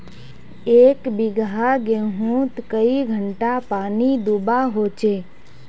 एक बिगहा गेँहूत कई घंटा पानी दुबा होचए?